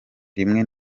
rimwe